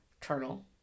Turtle